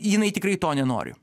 jinai tikrai to nenori